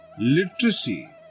literacy